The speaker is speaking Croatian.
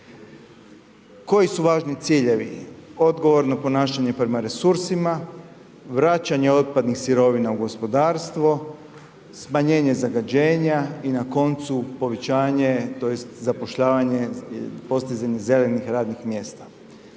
Koji su važni ciljevi? Odgovorno ponašanje prema resursima, vraćanje otpadnih sirovina u gospodarstvo, smanjenje zagađenja i na koncu povećanje, tj. zapošljavanje, postizanje zelenih radnih mjesta.